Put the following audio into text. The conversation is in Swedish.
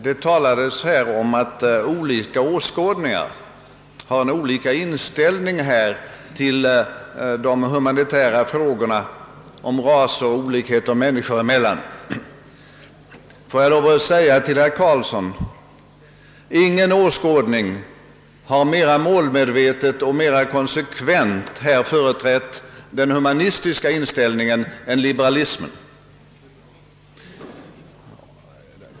Det talades här om att olika åskådningar har en olika inställning till sådana frågor som attityden till rasolik heter. Ingen åskådning har, herr Carlsson, mera målmedvetet och konsekvent företrätt den humanitära inställningen än liberalismen.